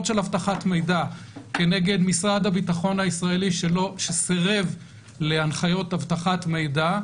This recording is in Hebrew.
של אבטחת מידע כנגד משרד הביטחון הישראלי שסירב להנחיות אבטחת מידע,